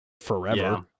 forever